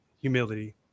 humility